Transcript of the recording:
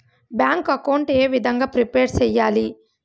Bank account ఏ విధంగా prepare సెయ్యాలి?